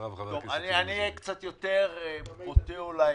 אני אהיה קצת יותר בוטה אולי